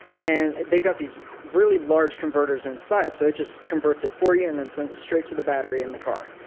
and they got these really large converters inside so it just converts it for you and then sends it straight to the battery in the car.